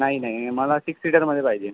नाही नाही मला सिक्स सिटरमध्ये पाहिजे